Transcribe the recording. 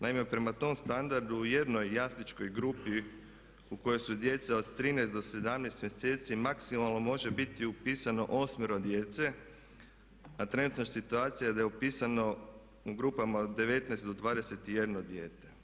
Naime, prema tom standardu u jednoj jasličkoj grupi u kojoj su djeca od 13 do 17 mjeseci maksimalno može biti upisano 8 djece, a trenutna situacija je da upisano u grupama od 19 do 21 dijete.